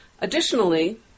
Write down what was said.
Additionally